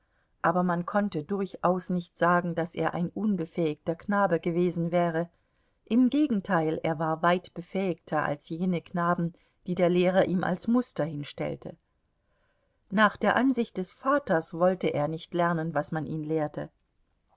aber man konnte durchaus nicht sagen daß er ein unbefähigter knabe gewesen wäre im gegenteil er war weit befähigter als jene knaben die der lehrer ihm als muster hinstellte nach der ansicht des vaters wollte er nicht lernen was man ihn lehrte